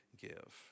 give